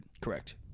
Correct